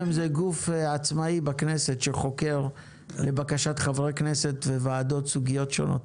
אני חושב שאת רוב הדברים שחברי יענקי ציין קודם,